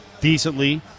decently